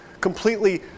completely